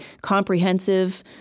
comprehensive